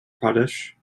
pradesh